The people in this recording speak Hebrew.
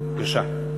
בבקשה.